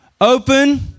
Open